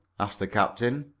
asked the captain.